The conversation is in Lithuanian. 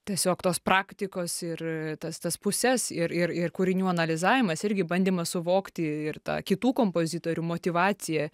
tiesiog tos praktikos ir tas tas puses ir ir ir kūrinių analizavimas irgi bandymas suvokti ir tą kitų kompozitorių motyvaciją